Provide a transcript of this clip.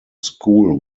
school